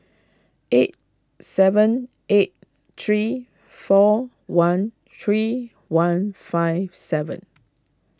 eight seven eight three four one three one five seven